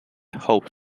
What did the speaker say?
hope